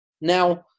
Now